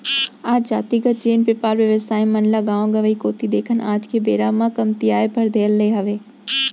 आज जातिगत जेन बेपार बेवसाय मन ल गाँव गंवाई कोती देखन आज के बेरा म कमतियाये बर धर ले हावय